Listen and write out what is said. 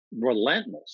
relentless